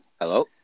Hello